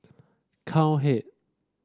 cowhead